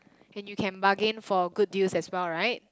and you can bargain for good deals as well right